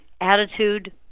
attitude